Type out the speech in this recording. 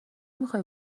میخوای